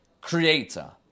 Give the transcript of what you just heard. creator